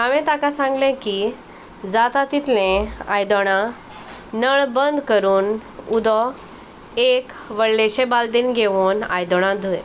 हांवें ताका सांगलें की जाता तितलें आयदोणां नळ बंद करून उदो एक व्हडलेशें बालदेन घेवन आयदणां धूंय